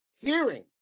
hearing